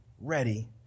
ready